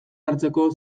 hartzeko